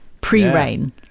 Pre-rain